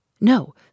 No